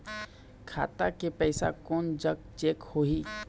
खाता के पैसा कोन जग चेक होही?